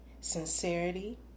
sincerity